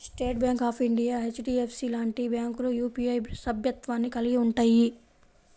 state Bank of India, HDFC లాంటి బ్యాంకులు UPI సభ్యత్వాన్ని కలిగి ఉంటయ్యి